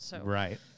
Right